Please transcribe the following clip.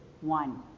one